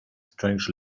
strange